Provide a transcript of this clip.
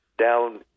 down